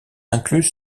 incluse